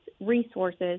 resources